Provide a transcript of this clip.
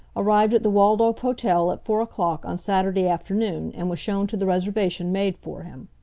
arrived at the waldorf hotel at four o'clock on saturday afternoon and was shown to the reservation made for him.